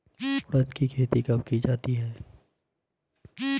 उड़द की खेती कब की जाती है?